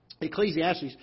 Ecclesiastes